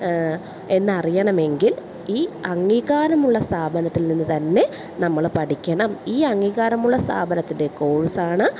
എന്ന് അറിയണമെങ്കിൽ ഈ അംഗീകാരമുള്ള സ്ഥാപനത്തിൽ നിന്ന് തന്നെ നമ്മൾ പഠിക്കണം ഈ അംഗീകാരമുള്ള സ്ഥാപനത്തിൻ്റെ കോഴ്സാണ്